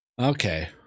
Okay